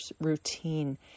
routine